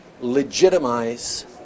legitimize